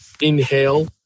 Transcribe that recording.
inhale